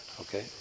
Okay